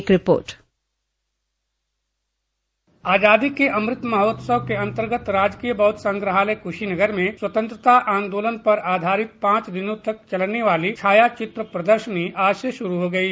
एक रिपोर्ट आजादी के अमृत महोत्सव के अंतर्गत राजकीय बौद्ध संग्रहालय कुशीनगर में स्वतंत्रता आंदोलन पर आधारित पांच दिनों तक चलने वाली छायाचित्र प्रदर्शनी आज से शुरू हो गयी